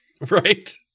Right